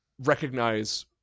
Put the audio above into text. recognize